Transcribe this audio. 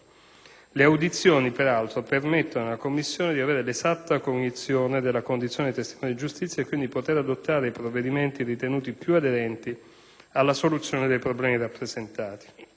Le audizioni, peraltro, permettono alla commissione di avere l'esatta cognizione della condizione dei testimone di giustizia e quindi di poter adottare i provvedimenti ritenuti più aderenti alla soluzione dei problemi rappresentati.